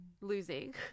losing